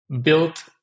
built